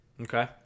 Okay